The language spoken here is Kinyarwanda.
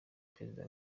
perezida